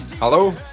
Hello